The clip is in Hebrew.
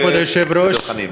חאג' יחיא ודב חנין.